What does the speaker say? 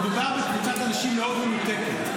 מדובר בקבוצת אנשים מאוד מנותקת,